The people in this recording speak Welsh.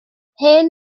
hyn